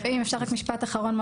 אם אפשר רק משפט אחרון.